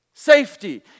safety